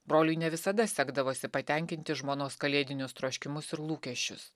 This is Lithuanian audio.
broliui ne visada sekdavosi patenkinti žmonos kalėdinius troškimus ir lūkesčius